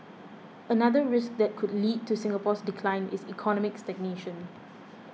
another risk that could lead to Singapore's decline is economic stagnation